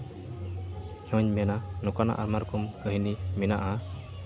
ᱦᱚᱧ ᱢᱮᱱᱟ ᱱᱚᱝᱠᱟᱱᱟᱜ ᱟᱭᱢᱟ ᱨᱚᱠᱚᱢ ᱠᱟᱹᱦᱱᱤ ᱢᱮᱱᱟᱜᱼᱟ